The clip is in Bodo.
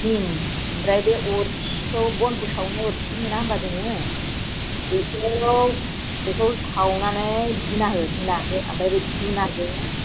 उम आमफ्राय बे अरखिखौ बन सावनाय अरखि मोना होमबा जोङो बेखौ सावनानै धुना हो धुना आमफ्राय बे धुनाजों